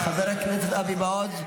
חבר הכנסת אבי מעוז,